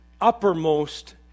uppermost